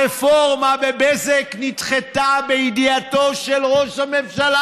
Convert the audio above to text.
הרפורמה בבזק נדחתה בידיעתו של ראש הממשלה,